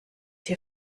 hier